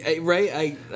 Right